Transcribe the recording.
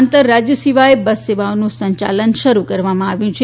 આંતરરાજ્ય સિવાય બસ સેવાનું સંચાલન શરૂ કરવામાં આવ્યું છે